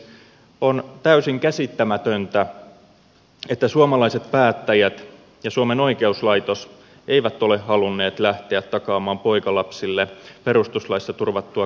on täysin käsittämätöntä että suomalaiset päättäjät ja suomen oikeuslaitos eivät ole halunneet lähteä takaamaan poikalapsille perustuslaissa turvattua koskemattomuutta